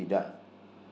be done